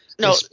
No